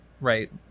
right